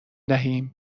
دهیم